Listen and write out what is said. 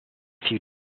few